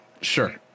Sure